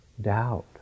Doubt